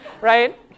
right